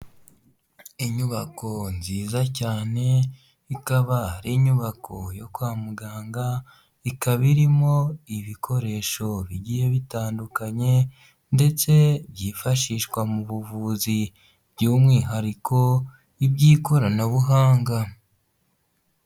Inyubako nziza cyane, ikaba ari inyubako yo kwa muganga, ikaba irimo ibikoresho bigiye bitandukanye ndetse byifashishwa mu buvuzi by'umwihariko iby'ikoranabuhanga.